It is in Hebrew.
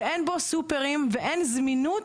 שאין בו סופרים ואין זמינות,